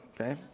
okay